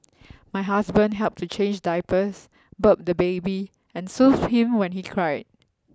my husband helped to change diapers burp the baby and soothe him when he cried